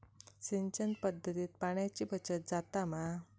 सिंचन पध्दतीत पाणयाची बचत जाता मा?